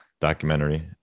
documentary